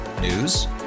News